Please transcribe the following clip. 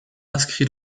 inscrit